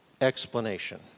explanation